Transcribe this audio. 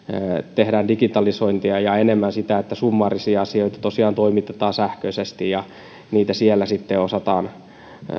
tehdään digitalisointia ja enemmän sitä että summaarisia asioita tosiaan toimitetaan sähköisesti ja niitä siellä sitten osataan